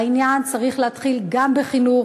העניין צריך להתחיל גם בחינוך.